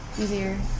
easier